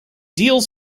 deals